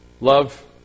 Love